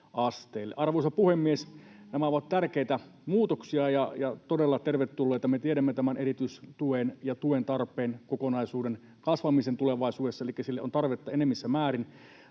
Arvoisa puhemies! Nämä ovat tärkeitä muutoksia ja todella tervetulleita. Me tiedämme tämän tuen tarpeen kokonaisuuden kasvamisen tulevaisuudessa, elikkä sille on tarvetta enemmissä määrin.